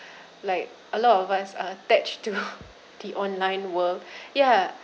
like a lot of us are attached to the online world ya